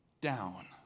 down